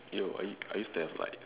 yo I I used to have like